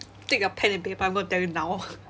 take a pen and paper I'm going to tell you now